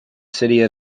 city